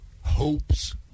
hopes